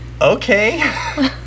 Okay